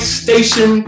station